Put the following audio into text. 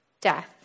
death